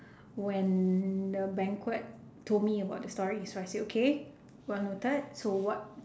when the banquet told me about the story so I said okay well noted so what